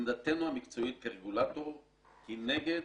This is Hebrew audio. עמדתנו המקצועית כרגולטור היא נגד